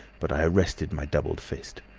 but i arrested my doubled fist.